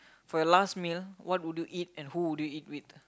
for your last meal what would you eat and who do you eat with